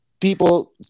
people